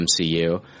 MCU